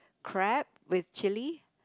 crab with chilli